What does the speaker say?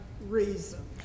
reason